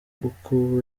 uko